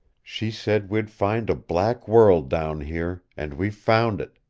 she said we'd find a black world down here and we've found it.